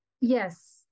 Yes